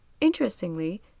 Interestingly